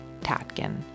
Tatkin